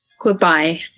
Goodbye